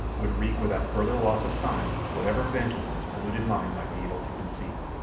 would wreak without further loss of time whatever vengeance his polluted mind might be able to conceive.